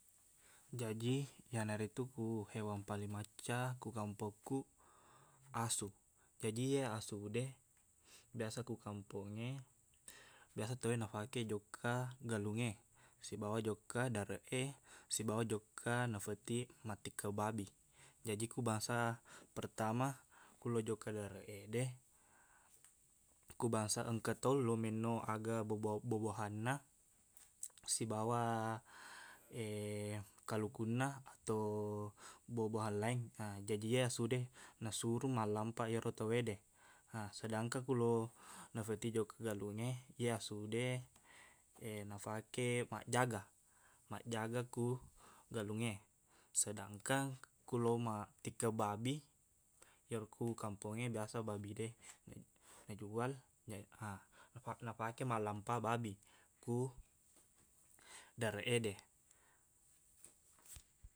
Jaji iyanaritu ku hewan paling macca, ko kampongkuq, asu. Jaji, iye asu de, biasa ko kampongnge, biasa tauwe nafake jokka galungnge, sibawa jokka dareq e, sibawa jokka nafetiq mattikkeng babi. Jaji ku bangsa pertama, ku lo jokka dareq ede, ku bangsa engka tau lo minnau aga bobau- bua-buahanna, sibawa kalukunna, ato bua-buahan laing, jaji iye asu de, nasuruh mallampaq iyero tauwe de. Sedangkan kalau nafetiq jokka galungnge, iye asu de nafake maqjaga, maqjaga ku galungnge. Sedangkang ku lo mattikkeng babi, iyero ku kampongnge, biasa babi de na- najual, nafa- nafake mallampaq babi ku dareq ede.